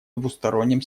двустороннем